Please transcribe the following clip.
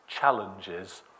challenges